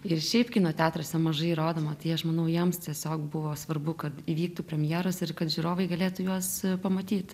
ir šiaip kino teatruose mažai rodoma tai aš manau jiems tiesiog buvo svarbu kad įvyktų premjeros ir kad žiūrovai galėtų juos pamatyt